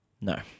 No